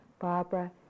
Barbara